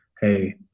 hey